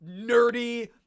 nerdy